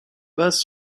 base